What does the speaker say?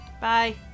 Bye